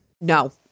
No